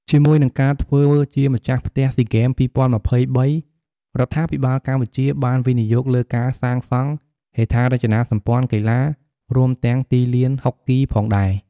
ជាមួយនឹងការធ្វើជាម្ចាស់ផ្ទះស៊ីហ្គេម ២០២៣ រដ្ឋាភិបាលកម្ពុជាបានវិនិយោគលើការសាងសង់ហេដ្ឋារចនាសម្ព័ន្ធកីឡា រួមទាំងទីលានហុកគីផងដែរ។